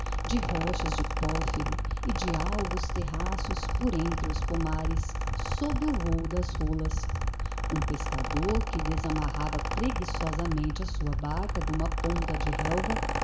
de rochas de pórfiro e de alvos terraços por entre os palmares sob o voo das rolas um pescador que desamarrava preguiçosamente a sua barca de uma ponta de relva